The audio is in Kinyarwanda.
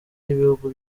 y’ibihugu